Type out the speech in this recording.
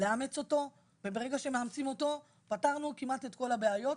לאמץ אותו וברגע שמאמצים אותו פתרנו כמעט את כל הבעיות.